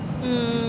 mm